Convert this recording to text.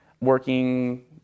Working